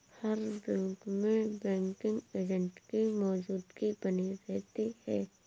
हर bank में banking agent की मौजूदगी बनी रहती है